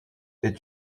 est